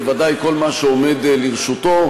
בוודאי כל מה שעומד לרשותו.